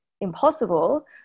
impossible